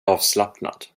avslappnad